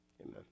amen